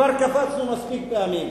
כבר קפצנו מספיק פעמים,